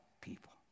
people